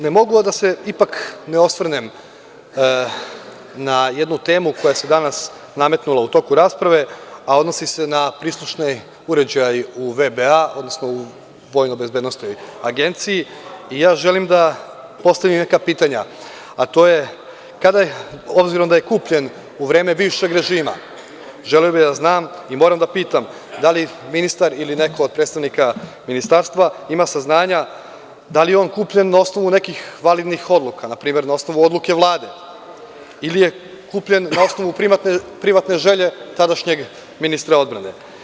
Ne mogu a da se ipak ne osvrnem na jednu temu koja se danas nametnula u toku rasprave, a odnosi se na prislušni uređaj u VBA, odnosno u Vojno bezbednosnoj agenciji i ja želim da postavim neka pitanja, a to je, obzirom da je kupljen u vreme bivšeg režima, želeo bih da znam i moram da pitam - da li ministar ili neko od predstavnika ministarstva ima saznanja da li je on kupljen na osnovu nekih validnih odluka, na primer, na osnovu odluke Vlade ili je kupljen na osnovu privatne želje tadašnjeg ministra odbrane?